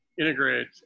integrate